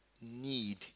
need